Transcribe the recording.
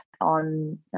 on